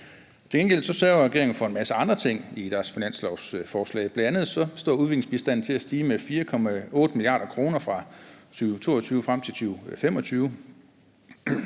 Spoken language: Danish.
Til gengæld sørger regeringen for en masse andre ting i deres finanslovsforslag. Bl.a. står udviklingsbistanden til at stige med 4,8 mia. kr. fra 2022 frem til 2025.